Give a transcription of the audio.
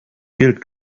gilt